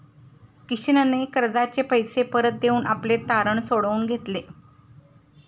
किशनने कर्जाचे पैसे परत देऊन आपले तारण सोडवून घेतले